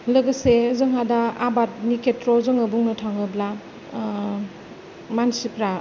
लोगोसे जोंहा दा आबादनि बिथिङाव जोङो बुंनो थाङोब्ला मानसिफ्रा